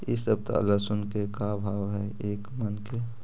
इ सप्ताह लहसुन के का भाव है एक मन के?